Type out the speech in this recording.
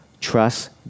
trust